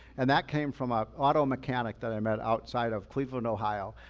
and that came from an auto mechanic that i met outside of cleveland, ohio.